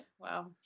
Wow